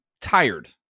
tired